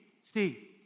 Steve